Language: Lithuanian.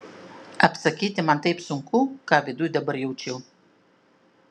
apsakyti man taip sunku ką viduj dabar jaučiu